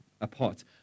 apart